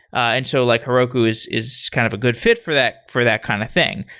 and so like heroku is is kind of a good fit for that for that kind of thing.